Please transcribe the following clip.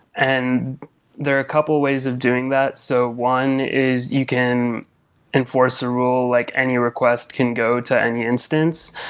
and there are a couple ways of doing that. so one is you can enforce a rule, like any request request can go to any instance.